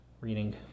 reading